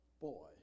boy